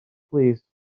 plîs